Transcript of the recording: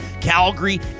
Calgary